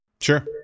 Sure